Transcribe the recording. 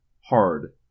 Hard